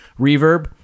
reverb